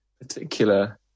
particular